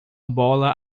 bola